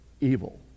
evil